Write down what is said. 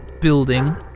Building